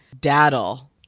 Daddle